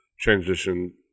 transition